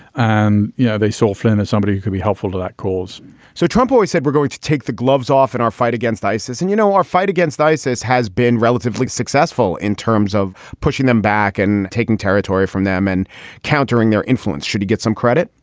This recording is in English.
yeah they saw flynn as somebody who could be helpful to that cause so trump always said, we're going to take the gloves off in our fight against isis. and, you know, our fight against isis has been relatively successful in terms of pushing them back and taking territory from them and countering their influence. should he get some credit?